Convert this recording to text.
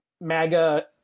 MAGA